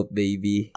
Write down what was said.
baby